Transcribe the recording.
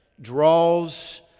draws